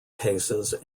cases